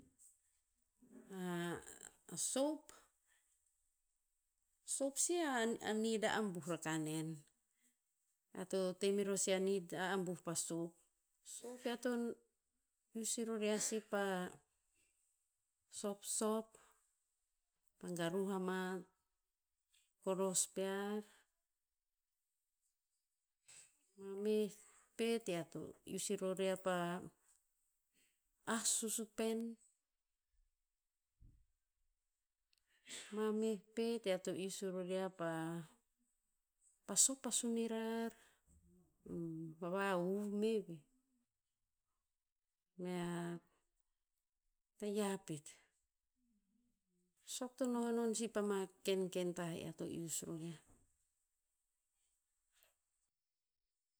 sop, sop si a nid a abuh rakah nen. Ear to te meror si a nid a abuh pa sop. Sop ear to ius i ror yiah si pa, sopsop, pa garuh ama koros pear, ma meh pet ear to ius i ror yiah pa, ah susupen, ma meh pet ear to ius i ror yiah pa- pa sop a soni rar, pa vahuv me veh. Mea tayiah pet. Sop to no enon si pama kenken tah ear ius ror yiah.